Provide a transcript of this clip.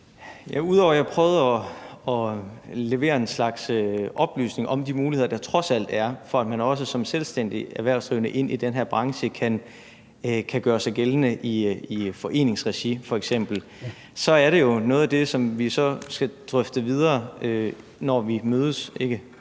Ud over at jeg prøvede at levere en slags oplysning om de muligheder, der trods alt er, for at man også som selvstændigt erhvervsdrivende i den her branche kan gøre sig gældende i f.eks. foreningsregi, så er det jo noget af det, som vi skal drøfte videre, når vores